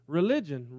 religion